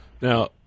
Now